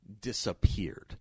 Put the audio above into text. disappeared